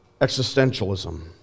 existentialism